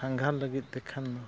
ᱥᱟᱸᱜᱷᱟᱨ ᱞᱟᱹᱜᱤᱫ ᱛᱮᱠᱷᱟᱱ ᱢᱟ